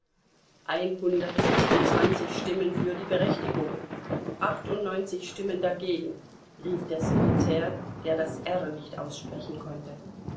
einhundertsechsundzwanzig stimmen für die berechtigung achtundneunzig stimmen dagegen rief der sekretär der das r nicht aussprechen konnte